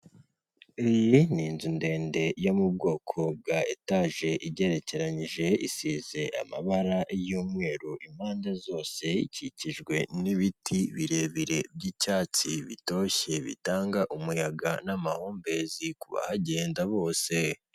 Iyi ni inzu ndende yo mu bwoko bwa etage igerekeranije isize amabara y'umweru impande zose, ikikijwe n'ibiti birebire by'icyatsi bitoshye bitanga umuyaga n'amahumbezi kubahagenda bose.